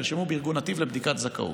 נרשמו בארגון נתיב לבדיקת זכאות.